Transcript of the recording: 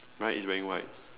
bride is wearing white